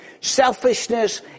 selfishness